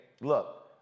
look